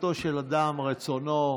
זכותו של אדם, רצונו.